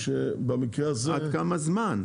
עד כמה זמן?